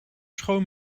schoon